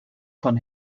von